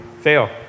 Fail